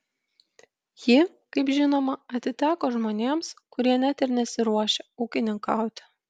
ji kaip žinoma atiteko žmonėms kurie net ir nesiruošia ūkininkauti